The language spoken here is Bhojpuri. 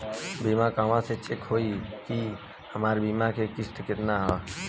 बीमा कहवा से चेक होयी की हमार बीमा के किस्त केतना ह?